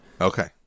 Okay